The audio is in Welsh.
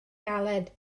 galed